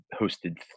hosted